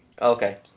Okay